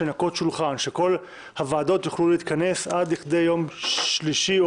לנקות שולחן; שכל הוועדות יוכלו להתכנס עד יום שלישי או